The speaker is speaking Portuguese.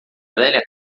velha